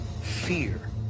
Fear